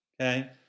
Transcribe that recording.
okay